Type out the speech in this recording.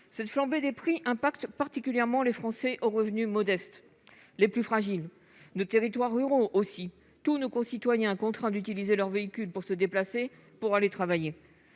Cette flambée des prix affecte particulièrement les Français aux revenus modestes, les plus fragiles, nos territoires ruraux et tous nos concitoyens qui sont contraints d'utiliser leur véhicule pour se déplacer et aller travailler.